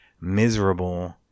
miserable